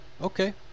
Okay